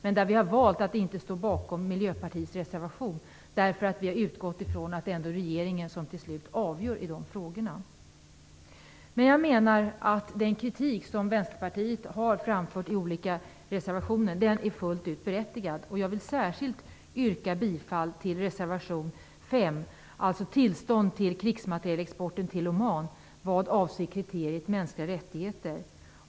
Vi har dock valt att inte stå bakom Miljöpartiets reservation eftersom vi har utgått från att det ändå är regeringen som till slut avgör i dessa frågor. Jag menar att den kritik som Vänsterpartiet har framfört i olika motioner är fullt berättigad, och jag vill särskilt yrka bifall till reservation 5, alltså tillstånd för krigsmaterielexport till Oman, vad avser kriteriet mänskliga rättigheter.